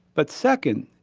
but second,